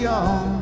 on